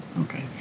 okay